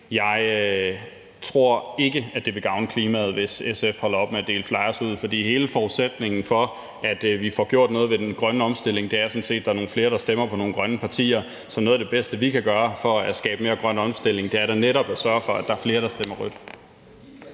Jeg tror ikke, at det vil gavne klimaet, hvis SF holder op med at dele flyers ud, for hele forudsætningen for, at vi får gjort noget ved den grønne omstilling, er sådan set, at der er nogle flere, der stemmer på nogle grønne partier. Så noget af det bedste, vi kan gøre for at skabe mere grøn omstilling, er netop at sørge for, at der er flere, der stemmer rødt.